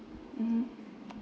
mm